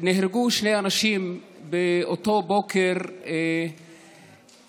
נהרגו שני אנשים באותו בוקר מצער,